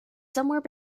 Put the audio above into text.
somewhere